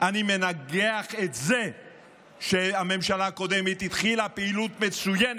אני מנגח את זה שהממשלה הקודמת התחילה פעילות מצוינת,